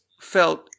felt